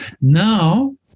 Now